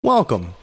Welcome